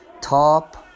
Top